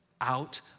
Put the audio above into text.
out